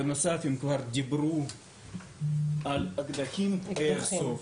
בנוסף, אם כבר דיברו על אקדחי איירסופט.